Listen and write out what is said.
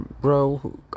Bro